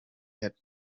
had